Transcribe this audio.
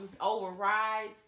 Overrides